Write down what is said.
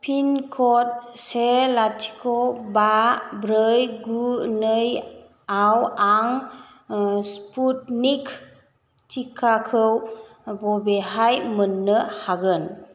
pin code से लाथिख' बा ब्रै गु नैआव आं स्पुटनिक टिकाखौ बबेहाय मोन्नो हागोन